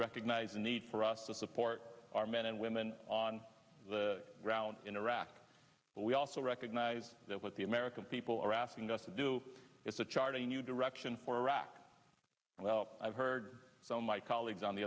recognize the need for us to support our men and women on the ground in iraq but we also recognize that what the american people are asking us to do is to chart a new direction for iraq i've heard so my colleagues on the